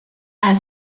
are